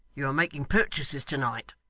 you were making purchases to-night